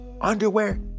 underwear